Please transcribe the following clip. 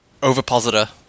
Overpositor